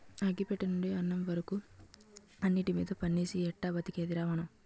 అగ్గి పెట్టెనుండి అన్నం వరకు అన్నిటిమీద పన్నేస్తే ఎట్టా బతికేదిరా మనం?